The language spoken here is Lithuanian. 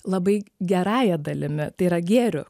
labai gerąja dalimi tai yra gėriu